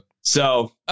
So-